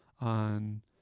on